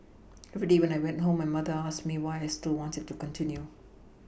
every day when I went home my mother asked me why I still wanted to continue